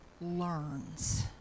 learns